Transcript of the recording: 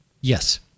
Yes